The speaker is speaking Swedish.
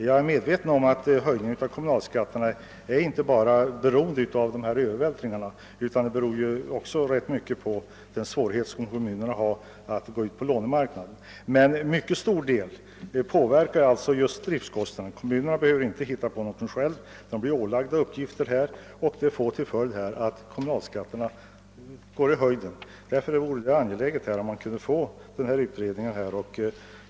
Jag vet att höjningen av kommunalskatterna inte bara beror på dessa övervältringar av uppgifter från staten, utan också rätt mycket på svårigheterna för kommunerna att gå ut på lånemarknaden. Men till stor del inverkar härvidlag just de ökade driftkostnaderna. Kommunerna behöver inte hitta på någonting själva; de blir ålagda nya uppgifter, och det får till följd att kommunalskatterna går i höjden. Därför är det angeläget att utredningen om kostnadsfördelningen igångsätts.